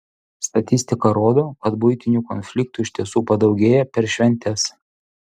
statistika rodo kad buitinių konfliktų iš tiesų padaugėja per šventes